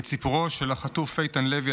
את סיפורו של החטוף איתן לוי,